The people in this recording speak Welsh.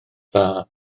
dda